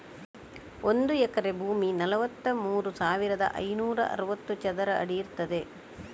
ಒಂದು ಎಕರೆ ಭೂಮಿ ನಲವತ್ತಮೂರು ಸಾವಿರದ ಐನೂರ ಅರವತ್ತು ಚದರ ಅಡಿ ಇರ್ತದೆ